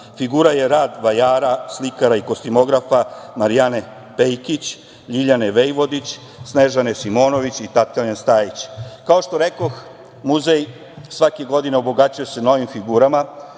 Figura je rad vajara, slikara i kostimografa Marijane Pejkić, Ljiljane Vejvodić, Snežane Simonović i Tatjane Stajić. Kao što rekoh, muzej svake godine obogaćuje se novim figurama,